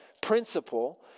principle